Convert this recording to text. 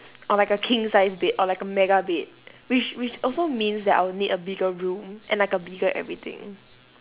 or like a king sized bed or like a mega bed which which also means that I'll need a bigger room and like a bigger everything